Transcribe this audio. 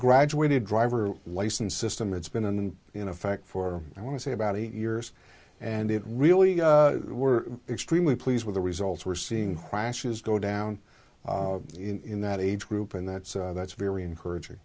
graduated driver license system it's been in effect for i want to say about eight years and it really we're extremely pleased with the results we're seeing clashes go down in that age group and that's that's very encouraging